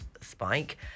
spike